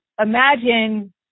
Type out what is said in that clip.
imagine